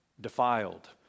defiled